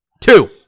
Two